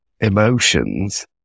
emotions